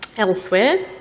elsewhere.